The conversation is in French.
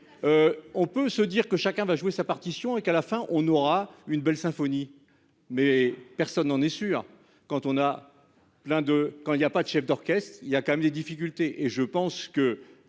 On peut se dire que chacun va jouer sa partition et qu'à la fin on aura une belle symphonie mais personne n'en est sûr. Quand on a plein de quand il y a pas de chef d'orchestre, il y a quand même des difficultés et je pense que